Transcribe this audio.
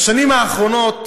בשנים האחרונות,